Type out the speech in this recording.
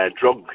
drug